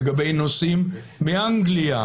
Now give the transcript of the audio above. לגבי נוסעים מאנגלייה,